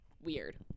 weird